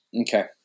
Okay